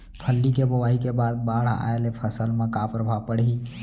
फल्ली के बोआई के बाद बाढ़ आये ले फसल मा का प्रभाव पड़ही?